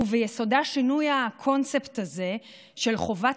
וביסודה שינוי הקונספט הזה של חובת